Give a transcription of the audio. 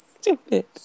stupid